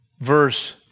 verse